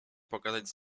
pogadać